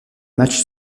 matchs